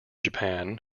japan